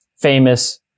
famous